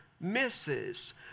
misses